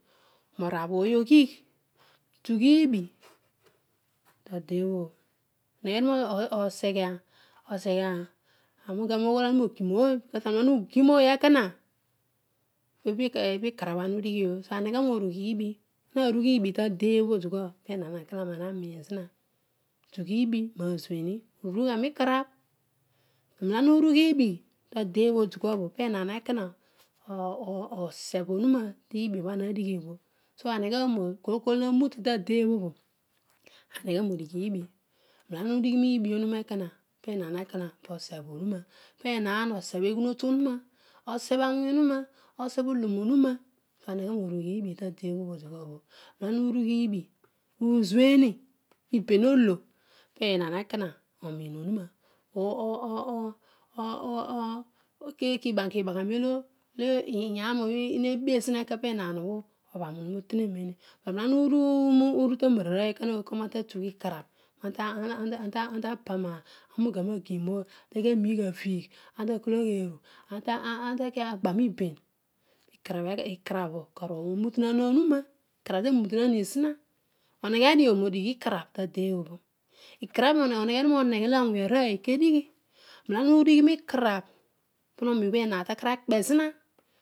Roorab ooy ogrir, tu ilbi tade obho nem olo oseghe arugen oghol ana natu roogim ooy kana ukin ooy ekoran ana ukin ooy ekone pukarabh ana udighad urugha riokarab inero olo ana ilrogh ilbi tade oblobho pehaal ekona ooh sebh oruna tubi obho ana hada obho so aneghe mo kooy ooy olo nanmete tadio obegbo aneghe roodighi ilbi roolo ana udighi ranbi onuroo ekoha peraan osebh oruna, penaan osebi oghu notuohuney osebi olomohurna, para orugh ubo fade obho dikuabho newolo ana orugh illi utueni ozueno iben olo, penaan ekona kilbaghani kibaghaniolo iyaniobha nebezinabho nebezina eko enaan obho obharo oruna oteneneni ibla ana iru tero ara rooy obho kana ughol ana tatugh ikanagh panta onta parlo anuven ekigh ooy takiabigh avigh enta kologh eru antaki agbamibeh ikarad ikarabh okaar teniltah aavi ini zina okeeghe dio nodighi ikarebh tade obhobho ikarabh oreghe dia inoheghe anoony arooy kedighi molo ana udighi mikarabh pana onuri obho ehaan takarakpezino